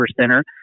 Center